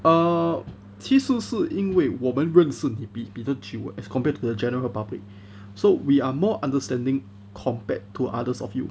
err 其实是因为我们认识比较久 as compared to the general public so we are more understanding compared to others of you